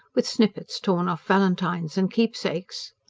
with snippets torn off valentines and keepsakes.